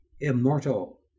immortal